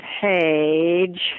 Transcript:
page